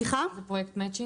זה פרויקט מצ'ינג?